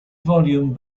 volume